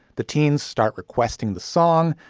the teens start requesting the song.